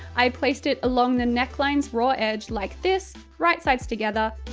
i placed it along the neckline's raw edge like this, right-sides together,